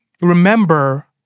remember